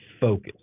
focus